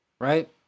right